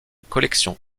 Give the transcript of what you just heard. collection